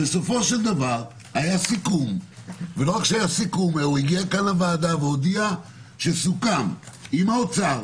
בסופו של דבר היה סיכום והוא הגיע לוועדה והודיע שסוכם עם האוצר